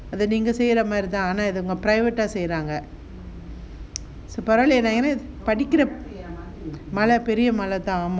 அது நீங்க செய்ற மாதிரி தான ஆனா அத அவங்க:athu neenga seyra maari thaan aana atha avanga private செய்றாங்க மழை பெரிய மழை தான் ஆமா:seyraanga malai periya malai thaan aama